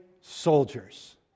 soldiers